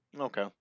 okay